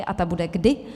A ta bude kdy?